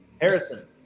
Harrison